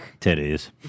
titties